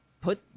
put